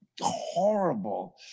horrible